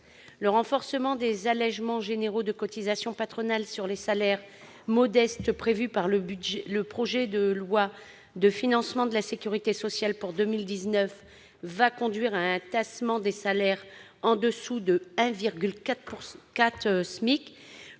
Le renforcement des allégements généraux de cotisations patronales sur les salaires modestes prévus par le projet de loi de financement de la sécurité sociale pour 2019 conduira à un tassement des salaires en dessous de 1,4 fois